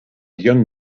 young